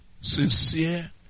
sincere